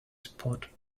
spot